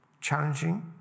Challenging